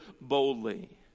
boldly